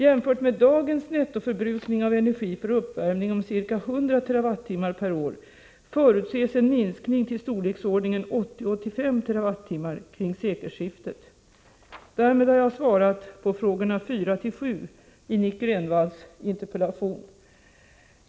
Jämfört med dagens nettoförbrukning av energi för uppvärmning om ca 100 TWh/år, förutses en minskning till 80-85 TWh kring sekelskiftet. Därmed har jag svarat på frågorna 4-7 i Nic Grönvalls interpellation.